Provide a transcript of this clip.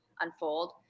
unfold